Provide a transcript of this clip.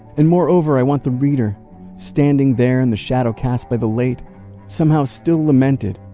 and moreover, i want the reader standing there in the shadow cast by the lake somehow still lamented,